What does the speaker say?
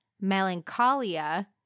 melancholia